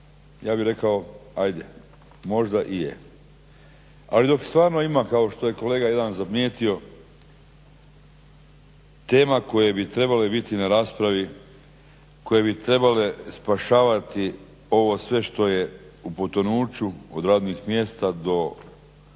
ja bih rekao ajde možda i je. Ali dok stvarno ima kao što je kolega jedan zamijetio tema koje bi trebale biti na raspravi, koje bi trebale spašavati ovo sve što je u potonuću od radnih mjesta do